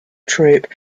troop